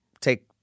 take